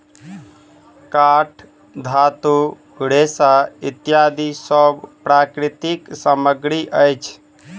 काठ, धातु, रेशा इत्यादि सब प्राकृतिक सामग्री अछि